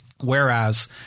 Whereas